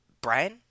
Brian